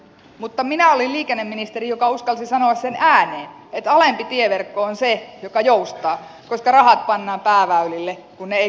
mutta minä olin liikenneministeri joka uskalsi sanoa sen ääneen että alempi tieverkko on se joka joustaa koska rahat pannaan pääväylille kun ne eivät kaikkialle riitä